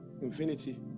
infinity